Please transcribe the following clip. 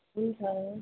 हुन्छ